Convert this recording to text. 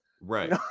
Right